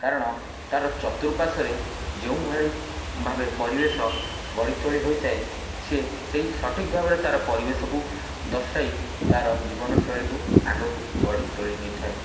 କାରଣ ତା'ର ଚତୁପାର୍ଶ୍ୱରେ ଯେଉଁଭଳି ଭାବେ ପରିବେଶ ଗଢ଼ି ତୋଳି ହୋଇଥାଏ ସିଏ ସେଇ ସଠିକ୍ ଭାବରେ ତା'ର ପରିବେଶକୁ ଦର୍ଶାଇ ତା'ର ଜୀବନଶୈଳୀକୁ ଆଗକୁ ଗଢ଼ି ତୋଳି ନେଇଥାଏ